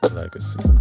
legacy